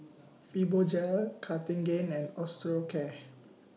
Fibogel Cartigain and Osteocare